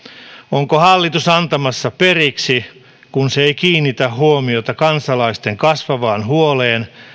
onko hallitus antamassa periksi kun se ei kiinnitä huomiota kansalaisten kasvavaan huoleen